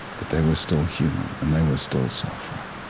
but they were still human and they were still suffering.